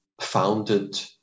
founded